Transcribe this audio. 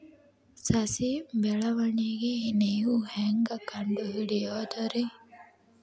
ಸಸಿ ಬೆಳವಣಿಗೆ ನೇವು ಹ್ಯಾಂಗ ಕಂಡುಹಿಡಿಯೋದರಿ?